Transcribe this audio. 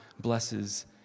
blesses